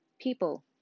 people